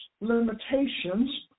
limitations